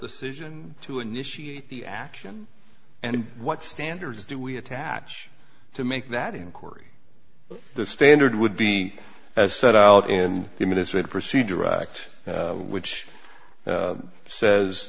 decision to initiate the action and what standards do we attach to make that inquiry the standard would be as set out in the ministry of procedure act which says